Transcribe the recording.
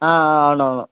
అవునవును